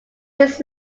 his